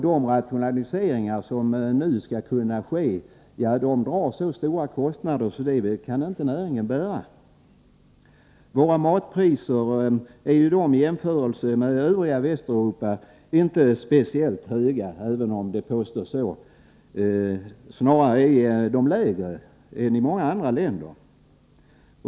De rationaliseringar som nu kan ske drar så stora kostnader att näringen inte kan bära dem. Våra matpriser är i jämförelse med priserna i det övriga Västeuropa inte speciellt höga, även om det påstås. Snarare är de lägre än i många andra länder.